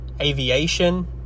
aviation